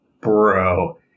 Bro